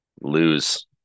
lose